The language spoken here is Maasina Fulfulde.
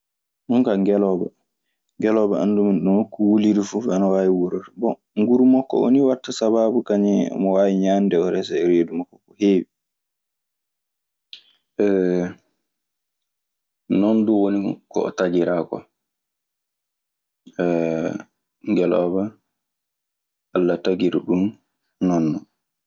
Ɗun kaa ngelooba, ngelooba anndumi no nokku wuliri fuf ana waawi wuurde. Bon nguru makko oo nii waɗta sabaabu kañun e omo waawi ñande o resa e reedu makko ko heewi. Non du woni ko o tagiraa kwa. Ngelooba, Alla tagiri ɗun non non.